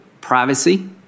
privacy